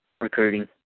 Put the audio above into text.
recruiting